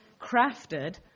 crafted